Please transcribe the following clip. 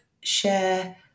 share